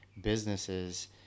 businesses